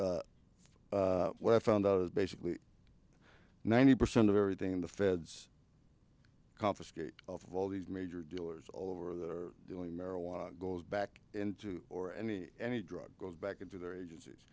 where i found those basically ninety percent of everything the feds confiscate of all these major dealers over that are doing marijuana goes back into or any any drug goes back into their agencies